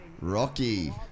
Rocky